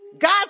God